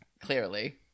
Clearly